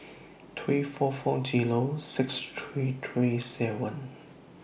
three four four Zero six three three seven